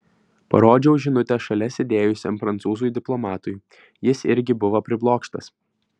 parodžiau žinutę šalia sėdėjusiam prancūzui diplomatui jis irgi buvo priblokštas